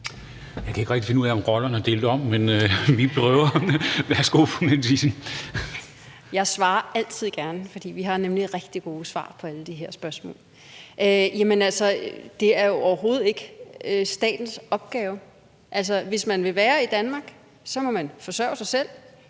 Jeg kan ikke rigtig finde ud af, om rollerne er omfordelt, men vi prøver. Værsgo, fru Mette Thiesen. Kl. 19:38 Mette Thiesen (NB): Jeg svarer altid gerne, for vi har nemlig nogle rigtig gode svar på alle de her spørgsmål. Altså, det er jo overhovedet ikke statens opgave. Hvis man vil være i Danmark, må man forsørge sig selv,